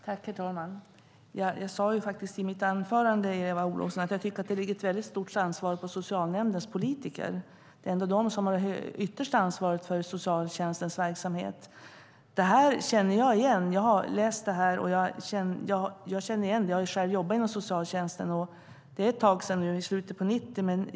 Herr talman! Jag sade faktiskt i mitt anförande att jag tycker att det ligger ett mycket stort ansvar på socialnämndens politiker, Eva Olofsson. Det är ändå de som har det yttersta ansvaret för socialtjänstens verksamhet. Jag känner igen detta. Jag har läst det. Jag har själv jobbat inom socialtjänsten. Det är ett tag sedan nu. Det var i slutet av 90-talet.